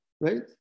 right